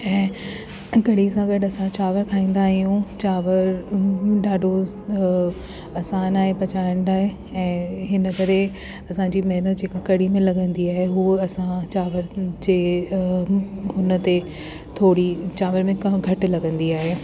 ऐं कड़ी सां गॾु असां चांवर खाईंदा आहियूं चांवर ॾाढो आसानु आहे पचाइण लाए ऐं हिन करे असांजी महिनतु जेका कड़ी में लॻंदी आहे उहो असां चांवर जे अ हुन ते थोरी चांवर में घटि लॻंदी आहे